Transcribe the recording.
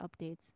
updates